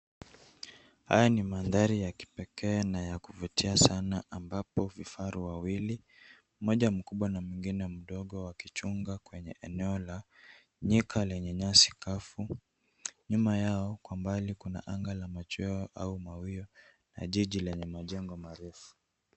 Haya ni mandhari ya kipekee na ya kuvutia sana ambapo vifaru wawili mmoja mkubwa na mwingine mdogo wakichunga kwenye eneo la nyika lenye nyasi kavu. Nyuma yao kwa mbali kuna anga la machweo au mawio. Na jiji lina majengo marefu.